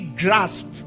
grasp